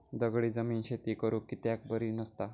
दगडी जमीन शेती करुक कित्याक बरी नसता?